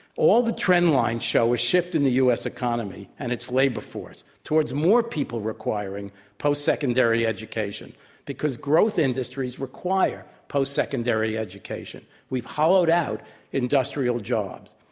all the trend lines show a shift in the u. s. economy and its labor force towards more people requiring post secondary education because growth industries require post secondary education. we've hollowed out industrial jobs.